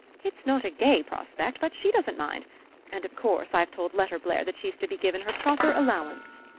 it's not a gay prospect, but she doesn't mind and of course i've told letterblair that she's to be given her proper allowance.